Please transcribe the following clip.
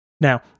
Now